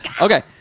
Okay